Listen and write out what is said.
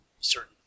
certain